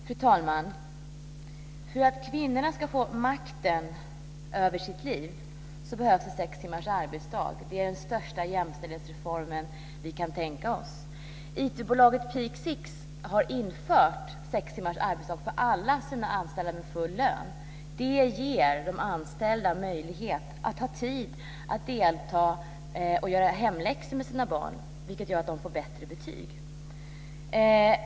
Fru talman! För att kvinnorna ska få makten över sitt liv behövs det sex timmars arbetsdag. Det är den största jämställdhetsreform vi kan tänka oss. IT-bolaget Peak Six har infört sex timmars arbetsdag för alla sina anställda med full lön. Det ger de anställda möjlighet att ha tid att göra hemläxorna med sina barn, vilket gör att dessa får bättre betyg.